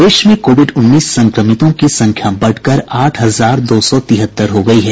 प्रदेश में कोविड उन्नीस संक्रमितों की संख्या बढ़कर आठ हजार दो सौ तिहत्तर हो गयी है